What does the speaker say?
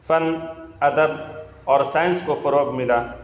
فن ادب اور سائنس کو فروغ ملا